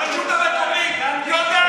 הרשות המקומית יודעת לבודד.